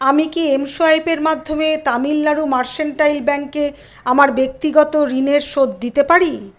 আমি কি এম সোয়াইপের মাধ্যমে তামিলনাড়ু মার্সেন্টাইল ব্যাংকে আমার ব্যক্তিগত ঋণের শোধ দিতে পারি